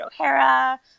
O'Hara